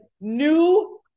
new